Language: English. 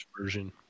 version